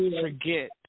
forget